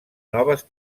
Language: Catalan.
noves